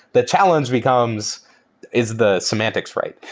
the challenge becomes is the semantics right?